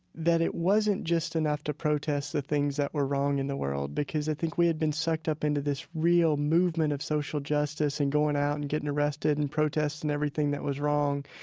that it wasn't just enough to protest the things that were wrong in the world. because i think we had been sucked up into this real movement of social justice, and going out and getting arrested and protesting and everything that was wrong.